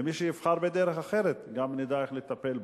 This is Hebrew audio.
ומי שיבחר בדרך אחרת, נדע איך לטפל בו.